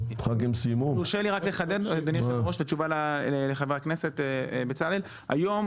תרשה לי רק לחדד בתשובה לחבר הכנסת בצלאל היום